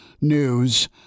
News